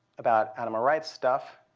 about animal rights stuff